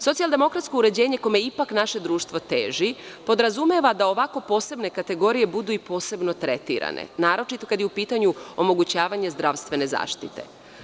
Socijaldemokratsko uređenje koje ipak naše društvo teži, podrazumeva da ovakve posebne kategorije budu i posebno tretirane, naročito kada je u pitanju omogućavanje zdravstvene zaštite.